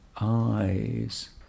eyes